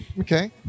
Okay